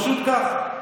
פשוט כך.